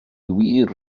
wir